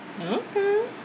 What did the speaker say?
okay